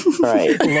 Right